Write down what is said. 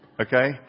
Okay